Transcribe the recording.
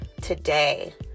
today